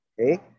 Okay